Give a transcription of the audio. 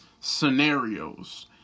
scenarios